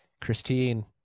Christine